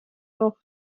noch